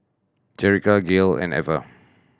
Jerica Gale and Ever